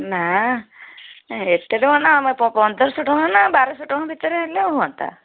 ନା ଏତେ ଟଙ୍କା ନା ପନ୍ଦରଶହ ଟଙ୍କା ନା ବାରଶହ ଟଙ୍କା ଭିତରେ ହେଲେ ହୁଅନ୍ତା